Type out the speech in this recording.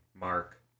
Mark